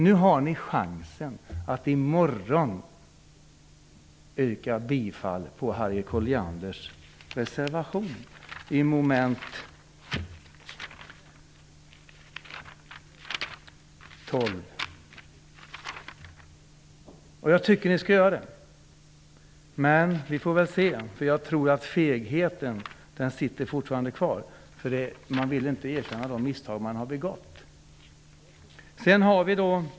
Nu har ni chansen att i morgon bifalla Harriet Collianders reservation vid moment 12. Jag tycker att ni skall göra det, men vi får väl se, för jag tror att fegheten fortfarande sitter kvar. Man vill inte erkänna de misstag man har begått.